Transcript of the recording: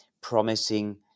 promising